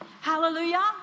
Hallelujah